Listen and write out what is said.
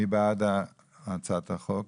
מי בעד הצעת החוק?